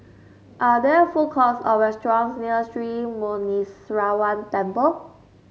are there food courts or restaurants near Sri Muneeswaran Temple